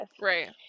Right